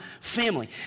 family